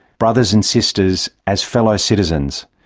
brothers and sisters, as fellow citizens.